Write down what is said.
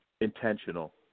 intentional